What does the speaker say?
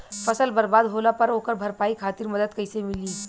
फसल बर्बाद होला पर ओकर भरपाई खातिर मदद कइसे मिली?